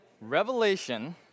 Revelation